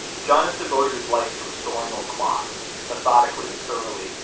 john has devoted his life to restoring old clocks. methodically and thoroughly,